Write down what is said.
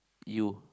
you